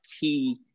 key